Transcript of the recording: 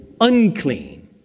Unclean